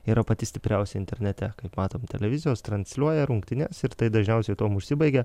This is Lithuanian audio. yra pati stipriausia internete kaip matom televizijos transliuoja rungtynes ir tai dažniausiai tuom užsibaigia